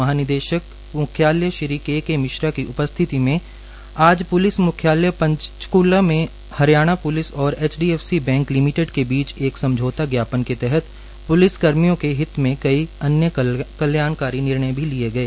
महानिदेशक म्ख्यालय श्री के के मिश्रा की उपस्थिति में आज प्लिस म्ख्यालय पंचक्ला में हरियाणा प्लिस और एचडीएफसी बैंक लिमिटेड की बीच एक समझौता ज्ञापन के तहत पुलिस कर्मियों के हित में कई अन्य कल्याकारी निर्णय लिए गए